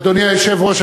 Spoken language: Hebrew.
אדוני היושב-ראש,